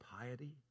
piety